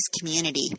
community